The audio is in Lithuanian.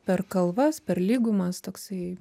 per kalvas per lygumas toksai